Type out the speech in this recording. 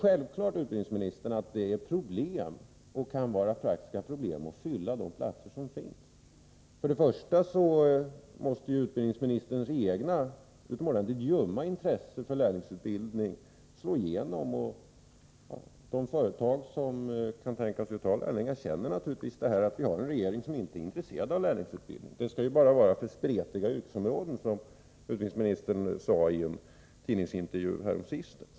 Självfallet kan det föreligga praktiska svårigheter att fylla de platser som finns. För det första måste utbildningsministerns eget, utomordentligt ljumma intresse för lärlingsutbildningen slå igenom. De företag som kan tänkas ta emot lärlingar känner naturligtvis att vi har en regering som inte är intresserad. av lärlingsutbildning. Detta skall ju bara vara för spretiga yrkesområden, som utbildningsministern sade i en tidningsintervju häromsistens.